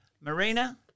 Marina